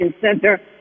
Center